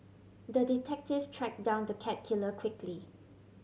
the detective track down the cat killer quickly